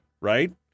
right